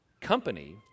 company